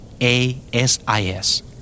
A-S-I-S